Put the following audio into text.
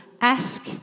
Ask